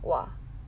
!wah!